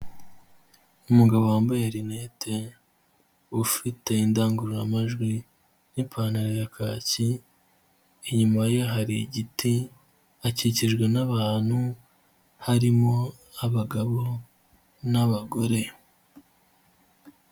Umugabo wambaye linete ufite indangururamajwi n'ipantaro ya kaki, inyuma ye hari igiti akikijwe n'abantu harimo abagabo n'abagore.